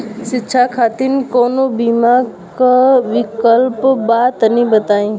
शिक्षा खातिर कौनो बीमा क विक्लप बा तनि बताई?